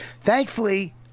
Thankfully